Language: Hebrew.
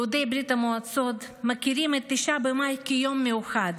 יהודי ברית המועצות מכירים את 9 במאי כיום מיוחד,